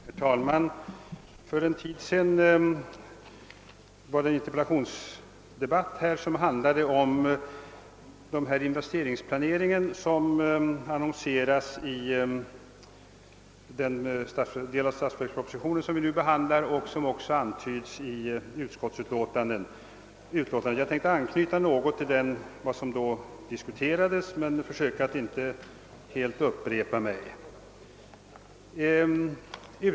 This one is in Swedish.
Herr talman! För en tid sedan fördes här en interpellationsdebatt om den investeringsplanering som omtalas i den del av statsverkspropositionen som vi nu behandlar och som även berörs i utskoitets utlåtande nr 57. Jag skall anknyta till det som då diskuterades men försöka att inte upprepa mig.